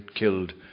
killed